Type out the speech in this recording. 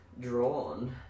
drawn